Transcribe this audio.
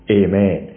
amen